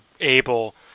able